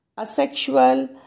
Asexual